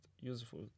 useful